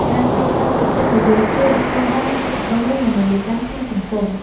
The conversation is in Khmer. ការប្រើប្រាស់ពាក្យកិត្តិយសជួយរក្សាបាននូវសុខដុមរមណីយកម្មក្នុងសង្គម។